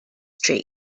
tree